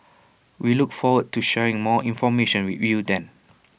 we look forward to sharing more information with you then